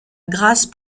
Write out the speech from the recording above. grâce